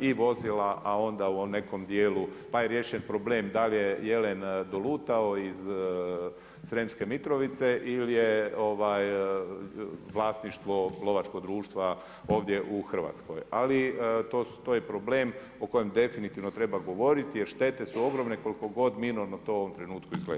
i vozila, a onda u nekom dijelu pa je riješen problem da li je jelen dolutao iz Sremske Mitrovice ili je vlasništvo lovačkog društva ovdje u Hrvatskoj, ali to je problem o kojem definitivno treba govoriti, jer štete su ogromne, koliko god minorno to u ovom trenutku izgledalo.